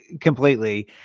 completely